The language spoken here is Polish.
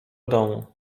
domu